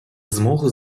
змогу